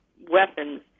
weapons